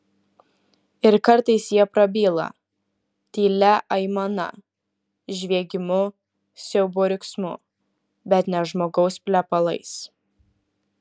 ir kartais jie prabyla tylia aimana žviegimu siaubo riksmu bet ne žmogaus plepalais